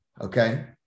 Okay